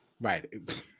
Right